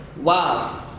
wow